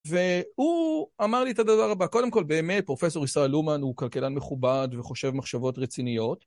והוא אמר לי את הדבר הבא, קודם כל באמת פרופסור ישראל אומן הוא כלכלן מכובד וחושב מחשבות רציניות,